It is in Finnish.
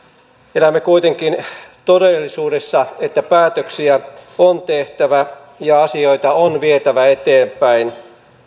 elämme kuitenkin todellisuudessa että päätöksiä on tehtävä ja asioita on vietävä eteenpäin